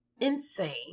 insane